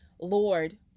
Lord